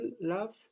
love